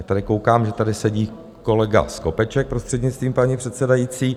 Tady koukám, že tady sedí kolega Skopeček, prostřednictvím paní předsedající.